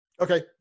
Okay